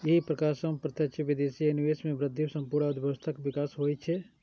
एहि प्रकार सं प्रत्यक्ष विदेशी निवेश मे वृद्धि सं संपूर्ण अर्थव्यवस्थाक विकास होइ छै